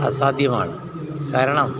അസാധ്യമാണ് കാരണം